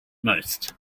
most